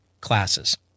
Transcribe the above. classes